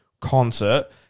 concert